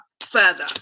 further